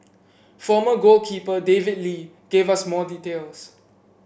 former goalkeeper David Lee gave us more details